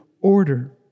order